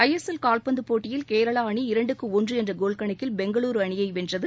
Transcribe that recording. ISL காவ்பந்து போட்டியில் கேரளா அணி இரண்டுக்கு ஒன்று என்ற கோல் கணக்கில் பெங்களுரு அணியை வென்றது